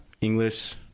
English